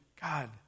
God